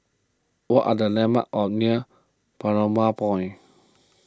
what are the landmarks are near Balmoral Point